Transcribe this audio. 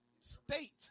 state